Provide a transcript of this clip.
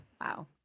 Wow